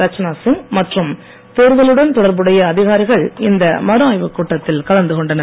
ரச்சனா சிங் மற்றும் தேர்தலுடன் தொடர்புடைய அதிகாரிகள் இந்த மறுஆய்வுக் கூட்டத்தில் கலந்து கொண்டனர்